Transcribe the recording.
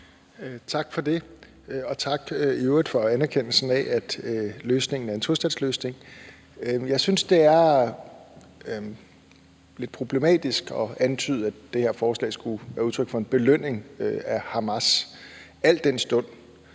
Tak for det. Og tak i øvrigt for anerkendelsen af, at løsningen er en tostatsløsning. Jeg synes, det er lidt problematisk at antyde, at det her forslag skulle være udtryk for en belønning af Hamas,